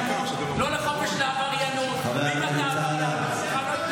חבר הכנסת סעדה, קודם כול תשב.